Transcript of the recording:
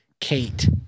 Kate